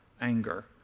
anger